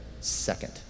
second